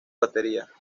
batería